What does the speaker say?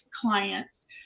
clients